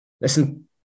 listen